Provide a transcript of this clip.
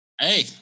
Hey